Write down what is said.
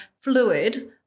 fluid